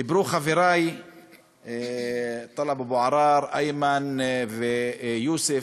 דיברו חברי טלב אבו עראר, איימן ויוסף